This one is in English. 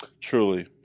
Truly